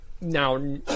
now